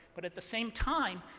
but at the same time,